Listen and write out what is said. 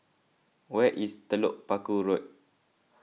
where is Telok Paku Road